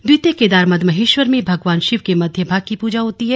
द्वितीय केदार मद महेश्वर में भगवान शिव के मध्य भाग की पूजा होती है